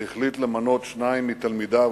שהחליט למנות שניים מתלמידיו